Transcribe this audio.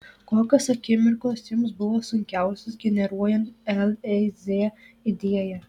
kokios akimirkos jums buvo sunkiausios generuojant lez idėją